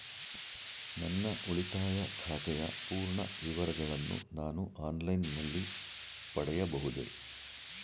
ನನ್ನ ಉಳಿತಾಯ ಖಾತೆಯ ಪೂರ್ಣ ವಿವರಗಳನ್ನು ನಾನು ಆನ್ಲೈನ್ ನಲ್ಲಿ ಪಡೆಯಬಹುದೇ?